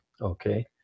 Okay